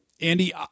Andy